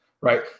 right